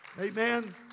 Amen